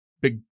big